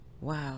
wow